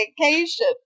vacation